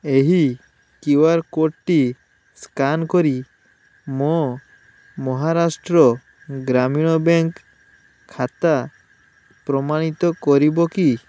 ଏହି କ୍ୟୁଆର କୋଡ଼ଟି ସ୍କାନ କରି ମୋ ମହାରାଷ୍ଟ୍ର ଗ୍ରାମୀଣ ବ୍ୟାଙ୍କ୍ ଖାତା ପ୍ରମାଣିତ କରିବ କି